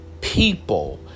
people